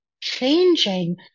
changing